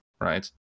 right